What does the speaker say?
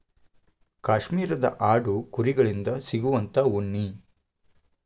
ಕಾಶ್ಮೇರದ ಆಡು ಕುರಿ ಗಳಿಂದ ಸಿಗುವಂತಾ ಉಣ್ಣಿ